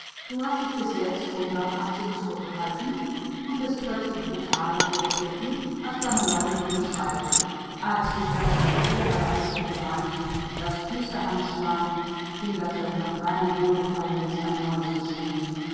du hast dich bis jetzt unbarmherzig zurückgehalten und bist plötzlich brutal hervorgetreten als deine neue liebe scheiterte als dich das von dir herbeigeführte band das priesterhand schlang hinderte nach deinem wohlgefallen jetzt ein neues zu schlingen